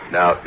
Now